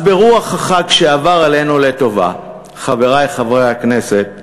אז ברוח החג שעבר עלינו לטובה, חברי חברי הכנסת,